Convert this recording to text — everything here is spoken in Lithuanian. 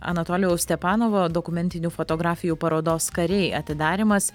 anatolijaus stepanovo dokumentinių fotografijų parodos kariai atidarymas